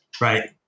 Right